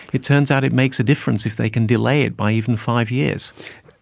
it turns out it makes a difference if they can delay it by even five years.